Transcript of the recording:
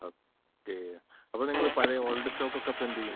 okay അപ്പോള് നിങ്ങള് പഴയ ഓൾഡ് സ്റ്റോക്കൊക്കെ അപ്പോഴെന്തു ചെയ്യും